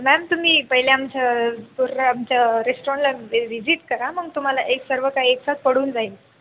ma'am तुम्ही पहिले आमच्या पूर्ण आमच्या रेस्टॉरंटला विजिट करा मग तुम्हाला एक सर्व काही एकसाथ पडून जाईल